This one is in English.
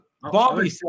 Bobby